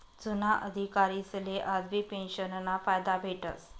जुना अधिकारीसले आजबी पेंशनना फायदा भेटस